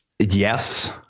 Yes